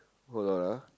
hold on uh